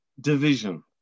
division